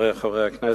חברי חברי הכנסת,